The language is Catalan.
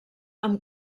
amb